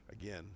Again